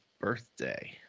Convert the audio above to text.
birthday